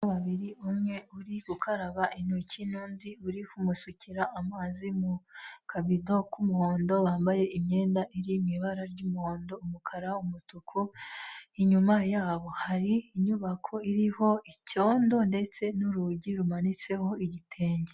Abana babiri, umwe uri gukaraba intoki n'undi uri kumusukira amazi mu kabito k'umuhondo, wambaye imyenda iri mu ibara ry'umuhondo, umukara, umutuku, inyuma yabo hari inyubako iriho icyondo ndetse n'urugi rumanitseho igitenge.